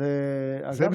אז זה היה בסדר.